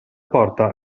porta